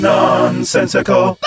Nonsensical